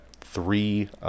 three